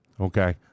okay